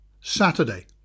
Saturday